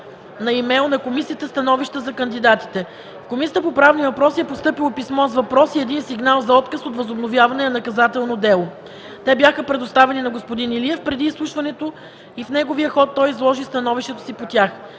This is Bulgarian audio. на имейл на комисията становища за кандидатите. В Комисията по правни въпроси е постъпило писмо с въпрос и един сигнал за отказ от възобновяване на наказателно дело. Те бяха предоставени на г-н Илиев преди изслушването и в неговия ход той изложи становището си по тях.